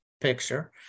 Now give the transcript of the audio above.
picture